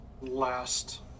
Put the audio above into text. last